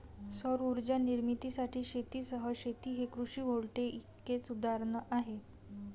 सौर उर्जा निर्मितीसाठी शेतीसह शेती हे कृषी व्होल्टेईकचे उदाहरण आहे